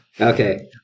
Okay